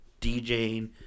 DJing